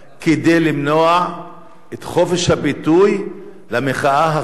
למנוע את חופש הביטוי במחאה החברתית.